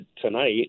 tonight